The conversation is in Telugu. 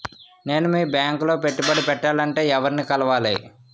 నేను మీ బ్యాంక్ లో పెట్టుబడి పెట్టాలంటే ఎవరిని కలవాలి?